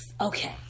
okay